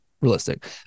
realistic